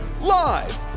Live